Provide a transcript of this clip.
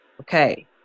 okay